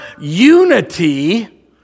unity